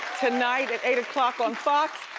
tonight at eight o'clock on fox.